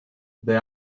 they